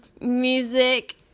music